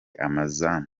amazamu